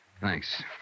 Thanks